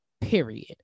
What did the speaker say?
period